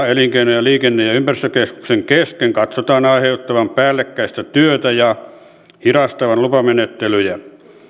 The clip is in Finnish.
elinkeino liikenne ja ympäristökeskuksen kesken katsotaan aiheuttavan päällekkäistä työtä ja hidastavan lupamenettelyjä